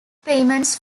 payments